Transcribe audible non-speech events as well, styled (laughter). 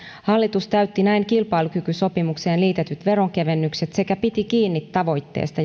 hallitus täytti näin kilpailukykysopimukseen liitetyt veronkevennykset sekä piti kiinni tavoitteesta (unintelligible)